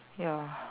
ya